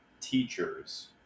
teachers